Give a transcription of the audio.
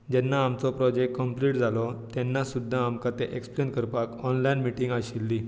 जेन्ना आमचो project complete जालो तेन्ना सुद्दां आमकां तें एक्सप्लैन करपाक ऑनलायन मिटींग आशिल्ली